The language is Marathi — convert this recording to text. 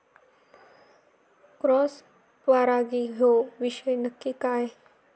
क्रॉस परागी ह्यो विषय नक्की काय?